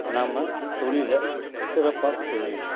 நாம தொழிலில் சிறப்பாக செய்யணும்